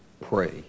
pray